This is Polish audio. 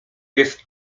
jest